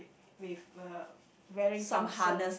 with uh wearing some suit